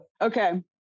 okay